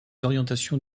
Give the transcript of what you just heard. orientations